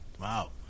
wow